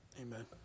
Amen